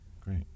great